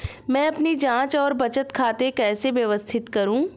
मैं अपनी जांच और बचत खाते कैसे व्यवस्थित करूँ?